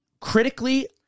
critically